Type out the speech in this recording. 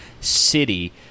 city